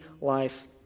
life